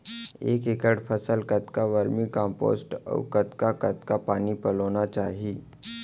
एक एकड़ फसल कतका वर्मीकम्पोस्ट अऊ कतका कतका पानी पलोना चाही?